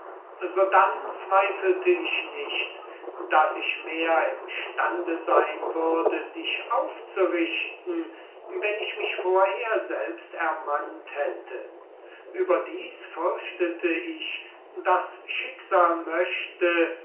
sodann zweifelte ich nicht daß ich mehr im stande sein würde dich aufzurichten wenn ich mich vorher selbst ermannt hätte überdies fürchtete ich das schicksal möchte